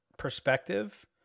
perspective